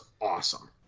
awesome